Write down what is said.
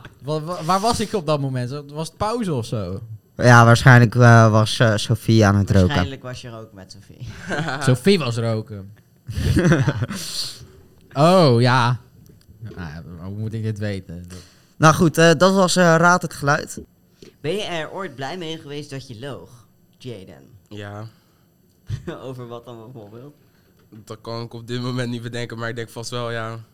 Wa- wa- waar was ik op dat moment? Was het pauze of zo? Ja, waarschijnlijk, uh, was, uh, Sophie aan het roken. Waarschijnlijk was je roken met Sophie. Sophie was roken. Ja. Oh, ja. Nou, ja, hoe moet ik dit weten? Dat- Nou goed, uh, dat was, uh, Raad het Geluid. Ben je er ooit blij mee geweest dat je loog, Jaden? Ja. Over wat dan bijvoorbeeld? Dat kan ik op dit moment niet bedenken, maar ik denk vast wel, ja.